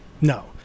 No